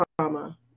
trauma